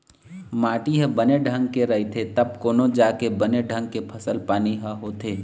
माटी ह बने ढंग के रहिथे तब कोनो जाके बने ढंग के फसल पानी ह होथे